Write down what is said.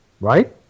right